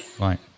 right